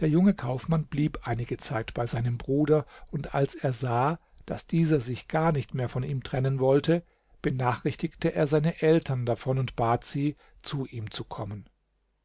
der junge kaufmann blieb einige zeit bei seinem bruder und als er sah daß dieser sich gar nicht mehr von ihm trennen wollte benachrichtigte er seine eltern davon und bat sie zu ihm zu kommen